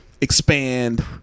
expand